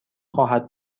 خواهد